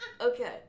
okay